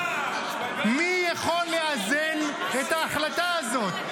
מי יכול לאזן את ההחלטה הזאת?